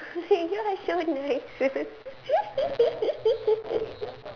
hey you are so nice